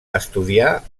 estudià